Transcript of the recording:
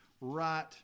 right